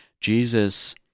Jesus